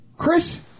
Chris